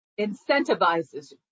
incentivizes